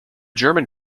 german